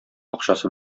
акчасы